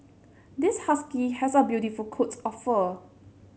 this husky has a beautiful of fur